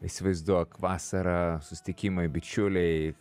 įsivaizduok vasara susitikimai bičiuliai